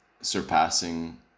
surpassing